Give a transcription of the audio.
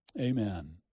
Amen